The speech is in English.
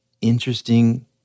interesting